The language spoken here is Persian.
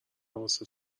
واسه